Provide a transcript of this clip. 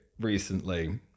recently